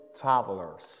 Travelers